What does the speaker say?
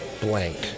blank